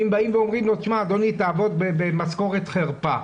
אם אומרים לנו 'בוא תעבוד במשכורת חרפה',